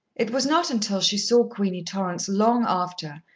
it was not until she saw queenie torrance long after,